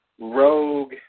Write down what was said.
rogue